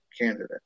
candidate